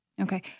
Okay